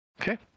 Okay